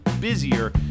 busier